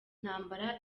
ntambara